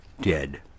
dead